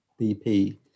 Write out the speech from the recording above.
BP